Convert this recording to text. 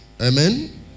Amen